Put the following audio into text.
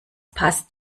passt